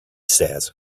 says